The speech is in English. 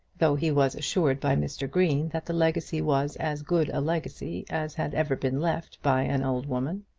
though he was assured by mr. green that the legacy was as good a legacy as had ever been left by an old woman.